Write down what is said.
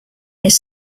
his